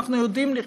אנחנו יודעים לחיות.